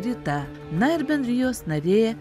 rita na ir bendrijos narė